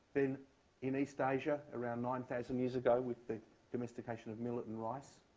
in in east asia around nine thousand years ago with the domestication of millet and rice.